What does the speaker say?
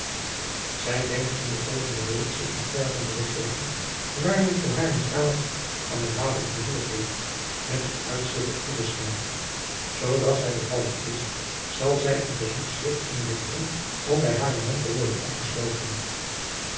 zij denkt in de volgende week zich naar orum te begeven waar men voor haar een kamertje aan den haven gehuurd heeft met het uitzicht op loevestein zooras zij bevallen is zal zij een verzoekschrift inleveren om bij haren man te worden opgesloten